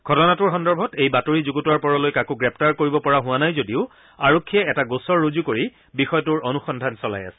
ঘটনাটোৰ সন্দৰ্ভত এই বাতৰি যুগুতোৱাৰ পৰলৈ কাকো গ্ৰেপ্তাৰ কৰিব পৰা হোৱা নাই যদিও আৰক্ষীয়ে এটা গোচৰ ৰুজু কৰি বিষয়টোৰ অনুসন্ধান চলাই আছে